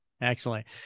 excellent